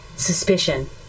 Suspicion